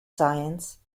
science